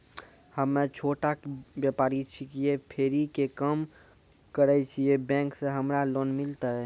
हम्मे छोटा व्यपारी छिकौं, फेरी के काम करे छियै, बैंक से हमरा लोन मिलतै?